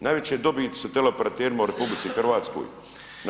Najveća dobit su teleoperaterima u RH na